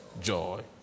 joy